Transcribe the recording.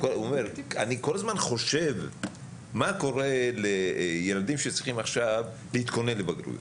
אני כל הזמן חושב מה קורה לילדים שצריכים עכשיו להתכונן לבגרות.